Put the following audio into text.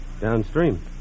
downstream